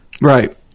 right